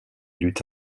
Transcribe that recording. eut